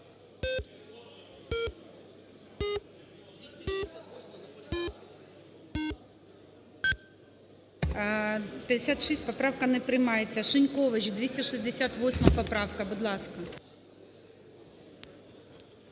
За-56 Поправка не приймається. Шинькович, 268 поправка, будь ласка.